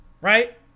right